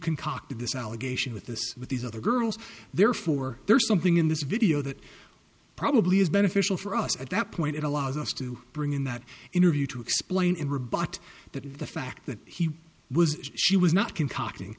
concocted this allegation with this with these other girls therefore there's something in this video that probably is beneficial for us at that point it allows us to bring in that interview to explain in rebut that the fact that he was she was not